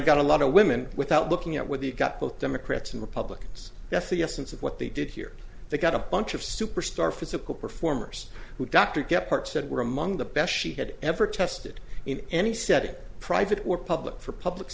got a lot of women without looking at whether you got both democrats and republicans that's the essence of what they did here they got a bunch of superstar physical performers who dr gephardt said were among the best she had ever tested in any setting private or public for public